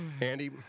Andy